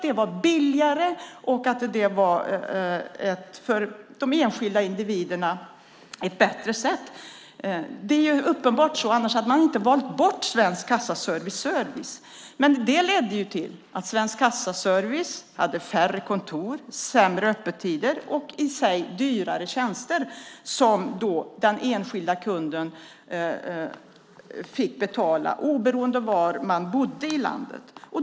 Det var billigare och ett för de enskilda individerna bättre sätt. Det var uppenbart så. Annars hade man inte valt bort servicen från Svensk Kassaservice. Det ledde till att Svensk Kassaservice hade färre kontor, sämre öppettider och dyrare tjänster som den enskilda kunden fick betala oberoende var man bodde i landet.